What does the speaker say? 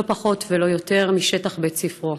לא פחות ולא יותר, בשטח בית ספרו.